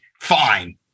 fine